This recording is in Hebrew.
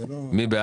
מה שאתה מסביר,